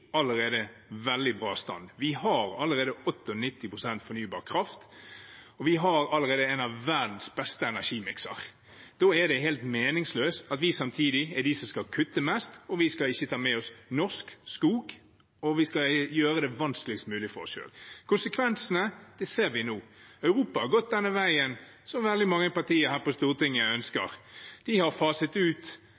allerede i veldig bra stand. Vi har allerede 98 pst. fornybar kraft, og vi har allerede en av verdens beste energimikser. Da er det helt meningsløst at vi samtidig er de som skal kutte mest, vi skal ikke ta med norsk skog, og vi skal gjøre det vanskeligst mulig for oss selv. Konsekvensene ser vi nå. Europa har gått denne veien som veldig mange partier her på Stortinget ønsker.